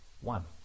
one